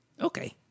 Okay